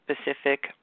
specific